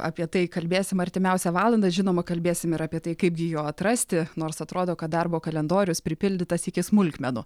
apie tai kalbėsim artimiausią valandą žinoma kalbėsim ir apie tai kaipgi jo atrasti nors atrodo kad darbo kalendorius pripildytas iki smulkmenų